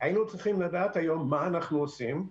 היינו צריכים לדעת היום מה אנחנו עושים.